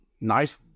nice